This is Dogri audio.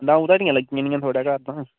द'ऊं ध्याड़ियां लग्गी जानियां थुहाड़े घर तां